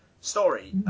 Story